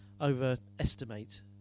overestimate